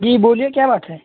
जी बोलिए क्या बात है